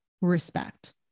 respect